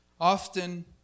Often